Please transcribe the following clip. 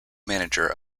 manager